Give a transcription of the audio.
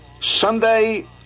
Sunday